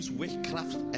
witchcraft